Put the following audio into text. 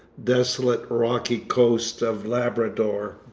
desolate, rocky coast of labrador.